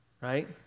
right